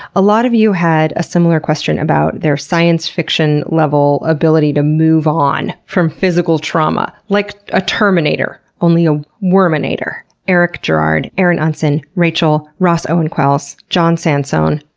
a lot of you had a similar question about their science-fiction-level ability to move on from physical trauma, like a terminator, only a worminator. eric girard, erin unson, rachel, ross owen qualls, john sansone,